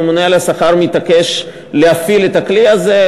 הממונה על השכר מתעקש להפעיל את הכלי הזה,